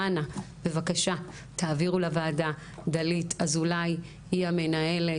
אנא בבקשה תעבירו לוועדה - דלית אזולאי היא המנהלת.